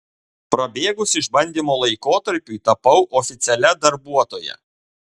prabėgus išbandymo laikotarpiui tapau oficialia darbuotoja